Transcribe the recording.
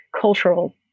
cultural